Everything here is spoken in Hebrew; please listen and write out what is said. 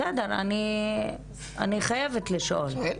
זה לשנה,